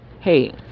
Hey